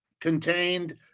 contained